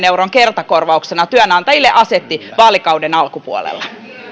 euron kertakorvauksen työnantajille vaalikauden alkupuolella